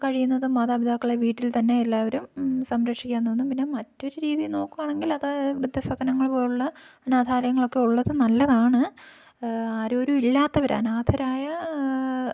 കഴിയുന്നതും മാതാപിതാക്കളെ വീട്ടിൽ തന്നെ എല്ലാവരും സംരക്ഷിക്കാൻ തോന്നും പിന്നെ മറ്റൊരു രീതിയിൽ നോക്കുവാണെങ്കിലത് വൃദ്ധസദനങ്ങൾ പോലുള്ള അനാഥാലയങ്ങളൊക്കെയുള്ളത് നല്ലതാണ് ആരോരുമില്ലാത്തവര് അനാഥരായ